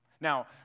Now